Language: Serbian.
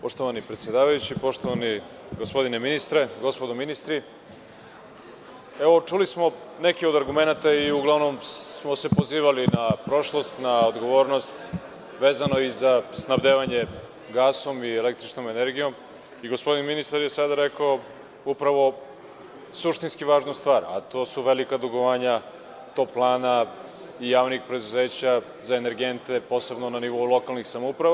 Poštovani predsedavajući, poštovana gospodo ministri, čuli smo neke od argumenata i uglavnom smo se pozivali na prošlost, na odgovornost, vezano i za snabdevanje gasom i električnom energijom i gospodin ministar je sada rekao upravo suštinski važnu stvar, a to su velika dugovanja toplana i javnih preduzeća za energente, posebno na nivou lokalnih samouprava.